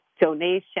donation